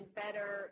better